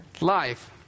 life